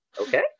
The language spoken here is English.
Okay